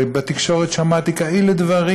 ובתקשורת שמעתי כאלה דברים,